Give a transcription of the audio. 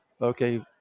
Okay